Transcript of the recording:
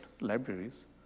libraries